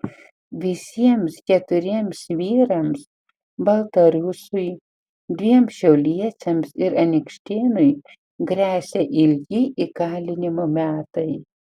visiems keturiems vyrams baltarusiui dviem šiauliečiams ir anykštėnui gresia ilgi įkalinimo metai